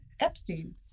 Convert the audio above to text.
Epstein